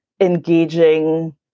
engaging